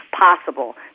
possible